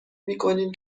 میکنیم